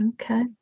Okay